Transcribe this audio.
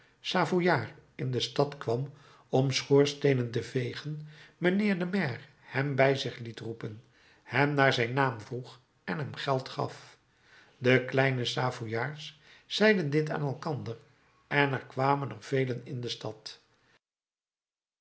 savoyaard in de stad kwam om schoorsteenen te vegen mijnheer de maire hem bij zich liet roepen hem naar zijn naam vroeg en hem geld gaf de kleine savoyaards zeiden dit aan elkander en er kwamen er velen in de stad